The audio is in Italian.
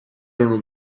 erano